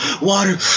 water